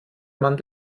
man